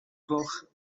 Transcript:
gloch